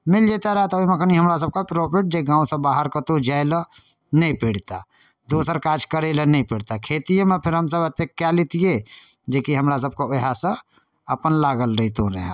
मिलि जैते रहै तऽ ओहिमे कनि हमरा सभके प्रॉफिट जे गामसँ बाहर कतहु जाइलए नहि पड़ितै दोसर काज करैलए नहि पड़ितै खेतिएमे फेर हमसब एतेक कऽ लेतिए जेकि हमरा सभके वएहसँ अपन लागल रहितौं रहै